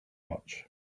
much